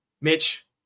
Mitch